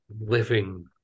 living